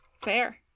Fair